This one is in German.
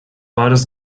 beides